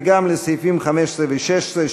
וגם לסעיפים 15 ו-16,